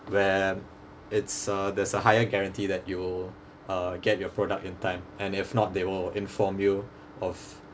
where it's a there's a higher guarantee that you'll uh get your product in time and if not they will inform you of